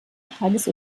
tages